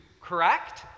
correct